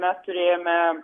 mes turėjome